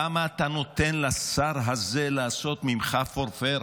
למה אתה נותן לשר הזה לעשות ממך פורפרה?